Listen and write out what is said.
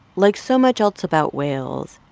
like so much else about whales,